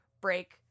break